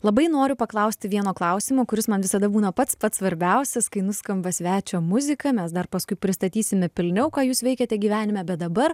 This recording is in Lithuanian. labai noriu paklausti vieno klausimo kuris man visada būna pats pats svarbiausias kai nuskamba svečio muzika mes dar paskui pristatysime pilniau ką jūs veikiate gyvenime bet dabar